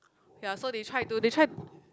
ya so they tried to they tried